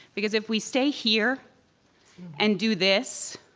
because if we stay here and do this,